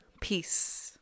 Peace